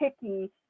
picky